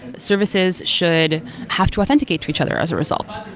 services should have to authenticate to each other as a result.